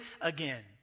again